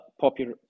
popular